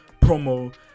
promo